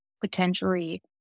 potentially